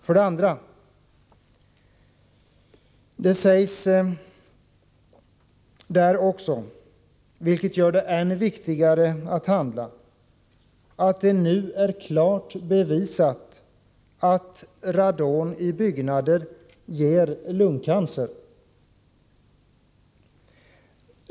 För det andra: I rapporten sägs också — vilket gör det än viktigare att handla — att det nu är klart bevisat att radon i byggnader ger lungcancer.